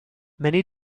many